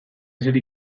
ezer